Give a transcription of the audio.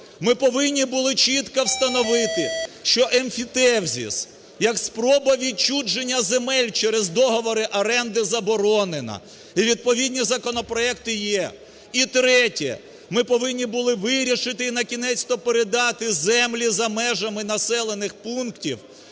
ми повинні були чітко встановити, що емфітевзис як спроба відчуження земель через договори оренди заборонена, і відповідні законопроекти є. І третє, ми повинні були вирішити і накінець-то передати землі за межами населених пунктів